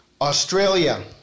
Australia